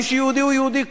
מי שיהודי הוא יהודי,